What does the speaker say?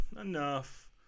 enough